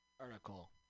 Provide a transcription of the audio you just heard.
article